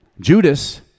Judas